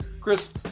Chris